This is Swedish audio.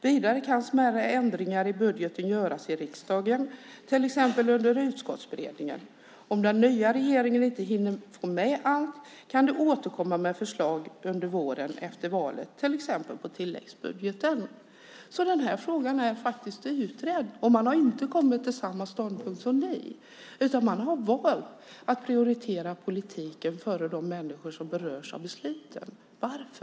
Vidare kan smärre ändringar i budgeten göras i riksdagen, till exempel under utskottsberedningar. Om den nya regeringen inte hinner få med allt kan den återkomma med förslag under våren efter valet, till exempel i tilläggsbudgeten. Denna fråga är faktiskt utredd, men regeringen har inte kommit till samma ståndpunkt som ni, utan man har valt att prioritera politiken före de människor som berörs av besluten. Varför?